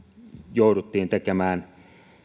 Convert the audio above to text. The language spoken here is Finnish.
jouduttiin tekemään